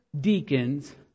deacons